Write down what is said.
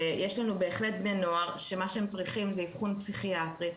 יש לנו בני נוער שמה שהם צריכים זה איבחון פסיכיאטרי,